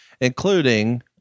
including